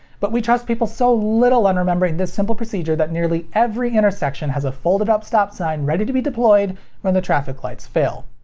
but we trust people so little on remembering this simple procedure that nearly every intersection has a folded up stop sign ready to be deployed when the traffic lights fail.